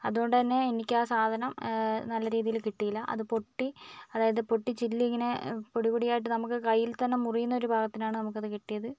അതുകൊണ്ട് തന്നെ എനിക്ക് ആ സാധനം നല്ല രീതിയിൽ കിട്ടിയില്ല അത് പൊട്ടി അതായത് പൊട്ടി ചില്ല് ഇങ്ങനെ പൊടി പൊടി ആയിട്ട് നമുക്ക് കയ്യിൽ തന്നെ മുറിയുന്ന ഒരു പാകത്തിനാണ് നമുക്കത് കിട്ടിയത്